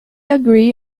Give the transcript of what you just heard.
agree